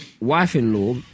wife-in-law